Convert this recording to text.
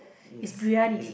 is